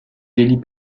délit